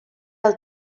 del